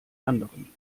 anderen